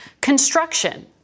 construction